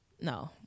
no